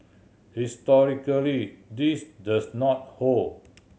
historically this does not hold